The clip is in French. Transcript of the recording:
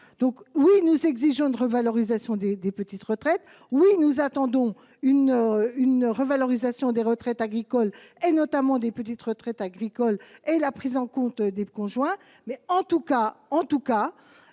Oui, nous exigeons une revalorisation des petites retraites. Oui, nous attendons une revalorisation des retraites agricoles, notamment des petites retraites agricoles, et la prise en compte des conjoints. En tout état